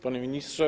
Panie Ministrze!